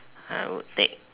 I would take